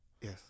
Yes